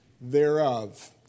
thereof